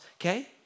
okay